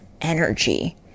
energy